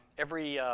every